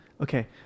Okay